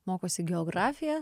mokosi geografiją